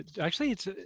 actually—it's